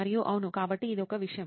మరియు అవును కాబట్టి ఇది ఒక విషయం